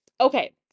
Okay